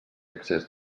excés